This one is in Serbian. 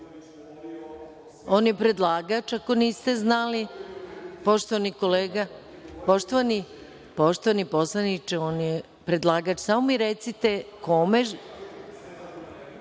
On je predlagač, ako niste znali. Poštovani poslaniče, on je predlagač. Samo mi recite kome